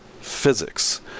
physics